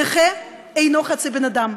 נכה אינו חצי בן אדם,